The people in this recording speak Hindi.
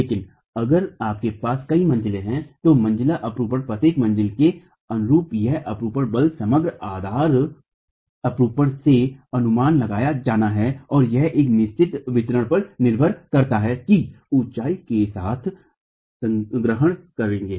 लेकिन अगर आपके पास कई मंजिलें हैं तो मंजिला अपरूपण प्रत्येक मंजिला के अनुरूप यह अपरूपण बल समग्र आधार अपरूपण से अनुमान लगाया जाना है और यह एक निश्चित वितरण पर निर्भर करता है कि आप ऊंचाई के साथ ग्रहण करेंगे